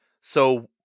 So-